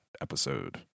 episode